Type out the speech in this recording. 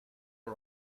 all